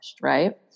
Right